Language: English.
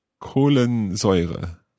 Kohlensäure